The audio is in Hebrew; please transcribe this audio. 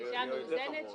גישה מאוזנת